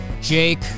Jake